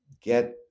get